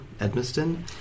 Edmiston